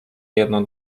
jeno